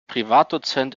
privatdozent